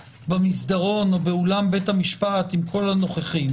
במסדרון או באולם בית המשפט עם כל הנוכחים